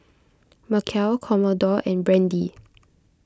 Macel Commodore and Brandy